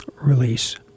release